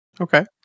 Okay